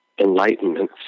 Enlightenment